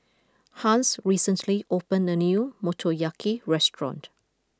Hans recently opened a new Motoyaki restaurant